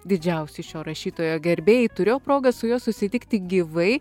didžiausi šio rašytojo gerbėjai turėjo progą su juo susitikti gyvai